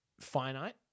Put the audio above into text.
finite